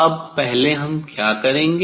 अब पहले हम क्या करेंगे